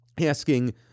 asking